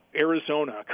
Arizona